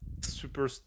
super